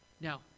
Now